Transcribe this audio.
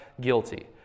guilty